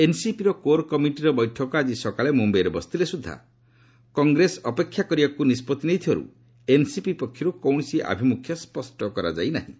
ଏନ୍ସିପିର core committee ଆଜି ସକାଳେ ମ୍ରମ୍ଭାଇଠାରେ ବସିଥିଲେ ସ୍ବଦ୍ଧା କଂଗ୍ରେସ ଅପେକ୍ଷା କରିବାକୁ ନିଷ୍ପଭି ନେଇଥିବାରୁ ଏନ୍ସିପି ପକ୍ଷରୁ କୌଣସି ଆଭିମ୍ରଖ୍ୟ ସ୍ୱଷ୍ଟ କରାଯାଇ ନାହିଁ